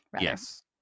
Yes